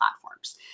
platforms